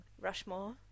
Rushmore